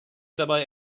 dabei